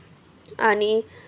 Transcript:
आणि